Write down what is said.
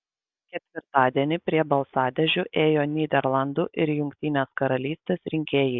ketvirtadienį prie balsadėžių ėjo nyderlandų ir jungtinės karalystės rinkėjai